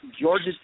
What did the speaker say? Georgia